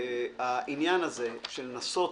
העניין הזה של לנסות